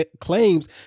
claims